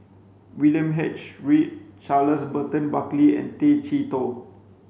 William H Read Charles Burton Buckley and Tay Chee Toh